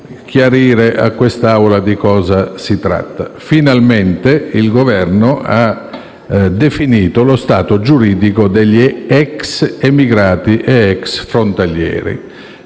chiarire a questa Assemblea di cosa si tratta. Finalmente il Governo ha definito lo stato giuridico degli *ex* emigrati, ed *ex* frontalieri,